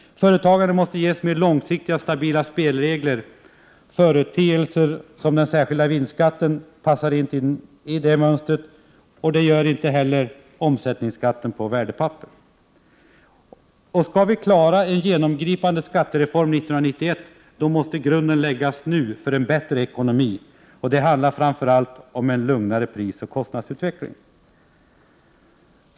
Företagandet måste ges mer långsiktiga och stabila spelregler. Företeelser som den särskilda vinstskatten passar inte in i det mönstret. Det gör inte heller omsättningsskatten på värdepapper. Skall vi klara en genomgripande skattereform 1991 måste grunden läggas nu för en bättre ekonomi. Det handlar framför allt om en lugnare prisoch kostnadsutveckling.